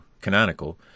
Canonical